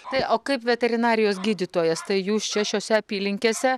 tai o kaip veterinarijos gydytojas tai jūs čia šiose apylinkėse